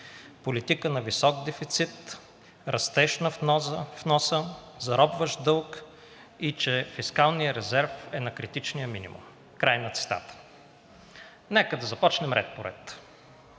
„Политика на висок дефицит, растеж на вноса, заробващ дълг и че фискалният резерв е на критичния минимум.“ Край на цитата. Нека да започнем ред по ред.